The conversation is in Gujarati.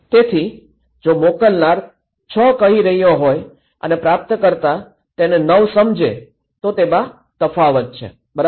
તેથી જો મોકલનાર ૬ કહી રહ્યો હોય અને પ્રાપ્તકર્તા તેને ૯ સમજે તો તેમાં તફાવત છે બરાબર